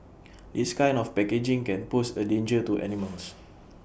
this kind of packaging can pose A danger to animals